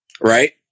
right